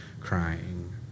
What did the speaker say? crying